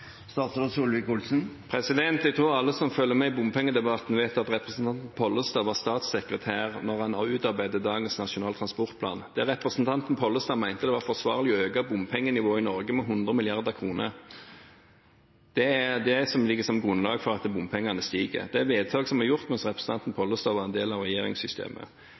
Jeg tror at alle som følger med i bompengedebatten, vet at representanten Pollestad var statssekretær da man utarbeidet dagens Nasjonal transportplan. Representanten Pollestad mente det var forsvarlig å øke bompengenivået i Norge med 100 mrd. kr. Det er det som ligger som grunnlag for at bompengene stiger, det er vedtak som er gjort mens representanten Pollestad var en del av regjeringssystemet.